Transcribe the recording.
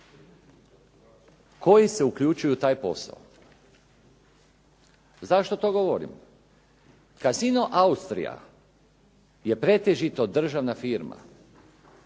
koji se uključuju u taj posao. Zašto to govorim? Casino Austrija je pretežito državna firma.